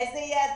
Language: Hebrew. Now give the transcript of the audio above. איזה יעדים,